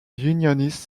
unionist